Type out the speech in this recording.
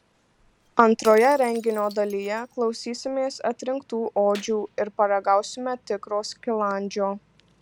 antroje renginio dalyje klausysimės atrinktų odžių ir paragausime tikro skilandžio